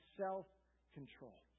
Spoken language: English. self-control